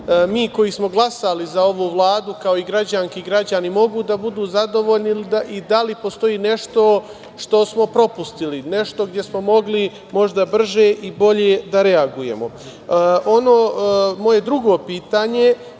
mi koji smo glasali za ovu Vladu, kao i građanke i građani mogu da budu zadovoljni? I da li postoji nešto što smo propustili, nešto gde smo mogli možda brže i bolje da reagujemo? Moje drugo pitanje